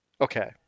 Okay